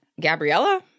Gabriella